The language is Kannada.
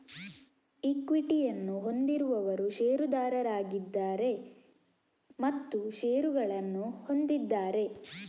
ಈಕ್ವಿಟಿಯನ್ನು ಹೊಂದಿರುವವರು ಷೇರುದಾರರಾಗಿದ್ದಾರೆ ಮತ್ತು ಷೇರುಗಳನ್ನು ಹೊಂದಿದ್ದಾರೆ